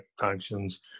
functions